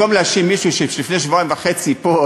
במקום להאשים מישהו שהוא שבועיים וחצי פה,